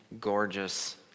gorgeous